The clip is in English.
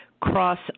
cross